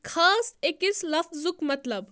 خاص أکِس لفٕظُک مطلب